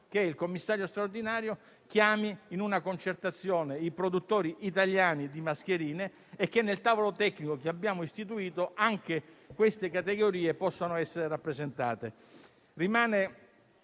che il commissario straordinario chiami in una concertazione i produttori italiani di mascherine e che nel tavolo tecnico istituito possano essere rappresentate